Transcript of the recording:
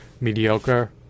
mediocre